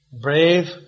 brave